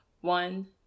one